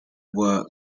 were